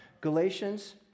Galatians